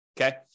okay